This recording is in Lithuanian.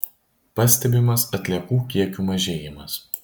pastebimas atliekų kiekių mažėjimas